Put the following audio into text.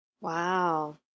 Wow